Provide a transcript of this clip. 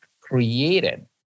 created